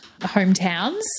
hometowns